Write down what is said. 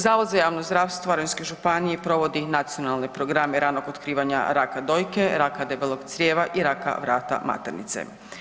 Zavod za javno zdravstvo Varaždinske županije provodi nacionalne programe ranog otkrivanja raka dojke, raka debelog crijeva i raka vrata maternice.